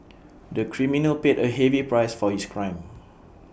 the criminal paid A heavy price for his crime